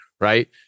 right